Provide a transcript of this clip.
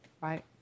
right